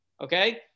Okay